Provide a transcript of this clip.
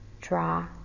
Draw